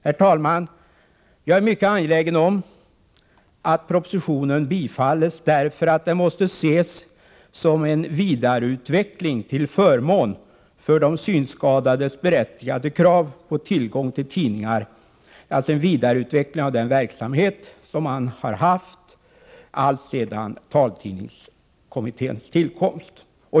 Herr talman! Jag är mycket angelägen om att propositionen bifalls, därför att den måste ses som en vidareutveckling — till förmån för de synskadades berättigade krav på tillgång till tidningar — av den verksamhet som förekommit alltsedan taltidningskommitténs tillkomst.